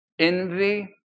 Envy